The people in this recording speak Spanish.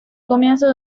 comienzo